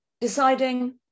deciding